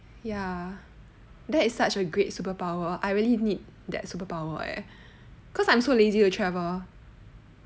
ya that is such a great superpower I really need that superpower eh cause I'm so lazy to travel